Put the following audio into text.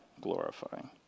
glorifying